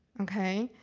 okay?